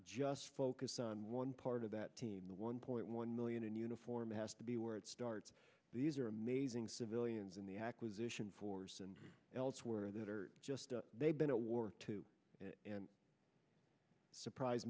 just focus on one part of that team the one point one million in uniform has to be where it starts these are amazing civilians in the acquisition force and elsewhere that are just they've been a war to and surprise